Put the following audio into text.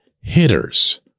hitters